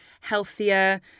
healthier